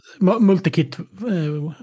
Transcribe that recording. multi-kit